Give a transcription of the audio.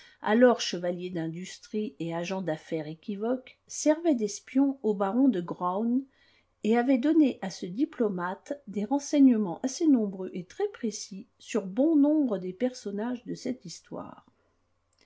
alors chevalier d'industrie et agent d'affaires équivoques servait d'espion au baron de graün et avait donné à ce diplomate des renseignements assez nombreux et très précis sur bon nombre des personnages de cette histoire